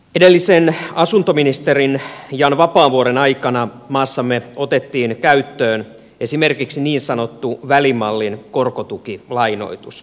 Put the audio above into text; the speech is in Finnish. edellisen asuntoministerin jan vapaavuoren aikana maassamme otettiin käyttöön esimerkiksi niin sanottu välimallin korkotukilainoitus